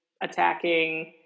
attacking